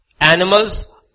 animals